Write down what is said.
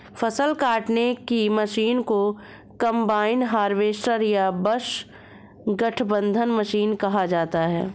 फ़सल काटने की मशीन को कंबाइन हार्वेस्टर या बस गठबंधन मशीन कहा जाता है